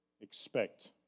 expect